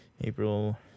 April